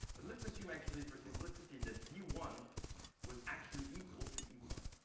but let's assume actually for simplicity that v one was actually equal to e one,